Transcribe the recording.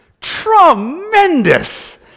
Tremendous